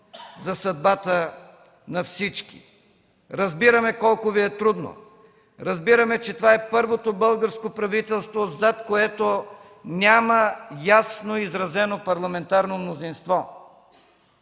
за съдбата на всички. Разбираме колко Ви е трудно, разбираме, че това е първото българско правителство, зад което няма ясно изразено парламентарно мнозинство,